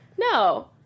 No